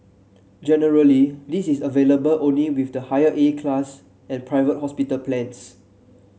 generally this is available only with the higher A class and private hospital plans